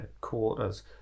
quarters